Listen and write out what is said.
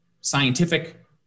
scientific